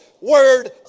word